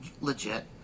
legit